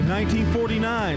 1949